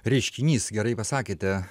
reiškinys gerai pasakėte